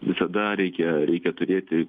visada reikia reikia turėti